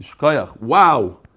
Wow